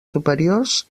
superiors